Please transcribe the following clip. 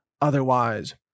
otherwise